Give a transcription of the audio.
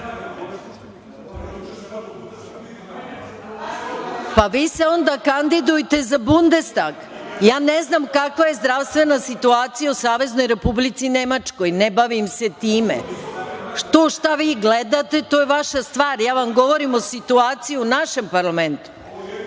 dao? Vi ste onda kandidujte za Bundestag. Ja ne znam kakva je zdravstvena situacija u Saveznoj Republici Nemačkoj. Ne bavim se time. To šta vi gledate, to je vaša stvar. Ja vam govorim o situaciji u našem parlamentu.(Vojin